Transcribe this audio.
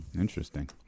Interesting